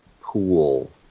pool